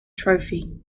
trophy